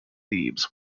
thebes